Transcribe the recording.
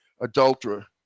adulterer